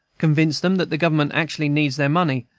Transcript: convince them that the government actually needs their money,